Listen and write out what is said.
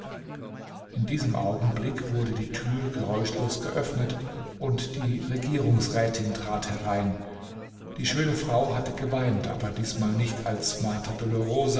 in diesem augenblick wurde die thür geräuschlos geöffnet und die regierungsrätin trat herein die schöne frau hatte geweint aber diesmal nicht als